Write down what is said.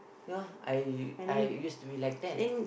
ya I I used to be like that